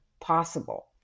possible